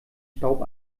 staub